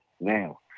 now